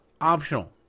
optional